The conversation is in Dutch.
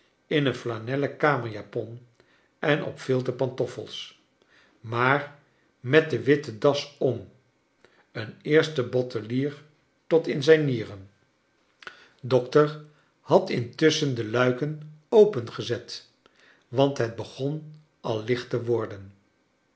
in een flanellen kamerjapon en op viltcn pant off els maar met de witte das om een eerste bottelier tot in zijn nieren dokter charles tokens had intusschen de luiken opengezet want het begon al licht te worden